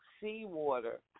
seawater